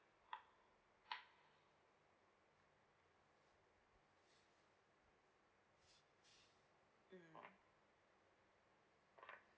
mm